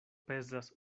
pezas